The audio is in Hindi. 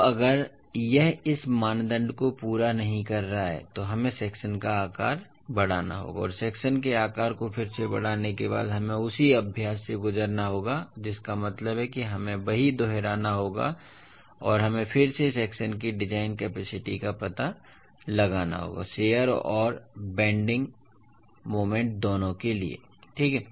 अब अगर यह इस मानदंड को पूरा नहीं कर रहा है तो हमें सेक्शन का आकार बढ़ाना होगा और सेक्शन के आकार को फिर से बढ़ाने के बाद हमें उसी अभ्यास से गुजरना होगा जिसका मतलब है कि हमें वही दोहराना होगा और हमें फिर से सेक्शन की डिजाइन कैपेसिटी का पता लगाना होगा शियर और मोमेंट दोनों के लिए ठीक हैं